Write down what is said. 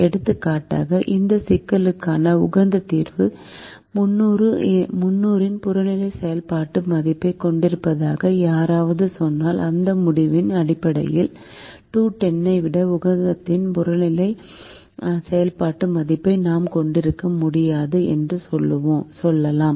எடுத்துக்காட்டாக இந்த சிக்கலுக்கான உகந்த தீர்வு 300 இன் புறநிலை செயல்பாட்டு மதிப்பைக் கொண்டிருப்பதாக யாராவது சொன்னால் இந்த முடிவின் அடிப்படையில் 210 ஐ விட உகந்தத்தின் புறநிலை செயல்பாட்டு மதிப்பை நாம் கொண்டிருக்க முடியாது என்று சொல்லலாம்